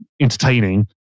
entertaining